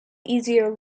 easier